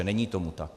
Není tomu tak.